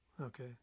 Okay